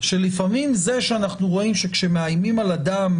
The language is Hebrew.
שלפעמים זה שכשאנחנו רואים שמאיימים על אדם